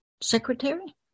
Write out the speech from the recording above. secretary